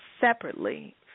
separately